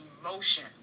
emotion